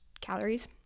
calories